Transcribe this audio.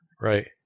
Right